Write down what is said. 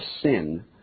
sin